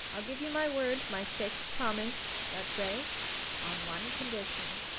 i'll give you my word my sacred promise, rattray on one condition.